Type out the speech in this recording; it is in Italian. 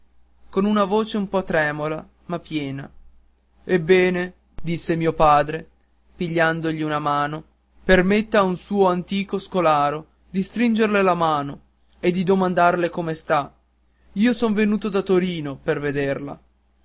con una voce un po tremola ma piena ebbene disse mio padre pigliandogli una mano permetta a un suo antico scolaro di stringerle la mano e di domandarle come sta io son venuto da torino per vederla